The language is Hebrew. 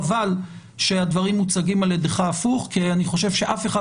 חבל שהדברים מוצגים על ידך הפוך כי אני חושב שאף אחד